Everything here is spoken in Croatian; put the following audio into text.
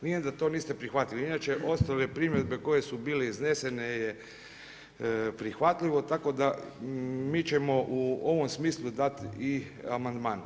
Vidim da to niste prihvatili, inače ostale primjedbe koje su bile iznesene je prihvatljivo, tako da mi ćemo u ovom smislu dati i amandman.